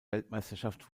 weltmeisterschaft